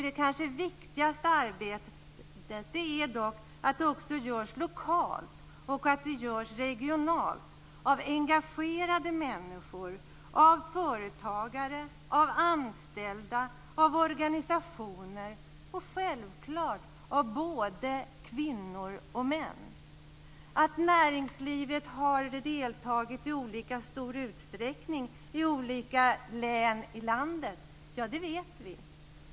Det kanske viktigaste är att arbetet också görs lokalt och regionalt av engagerade människor, av företagare, av anställda, av organisationer och självklart av både kvinnor och män. Vi vet att näringslivet har deltagit i olika stor utsträckning i olika län i landet.